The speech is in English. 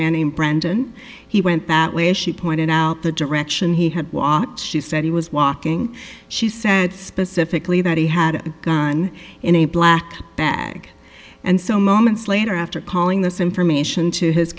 named brandon he went that way she pointed out the direction he had walked she said he was walking she said specifically that he had a gun in a black bag and so moments later after calling this information to his